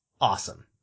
awesome